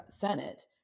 Senate